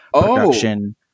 production